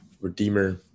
Redeemer